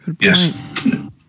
yes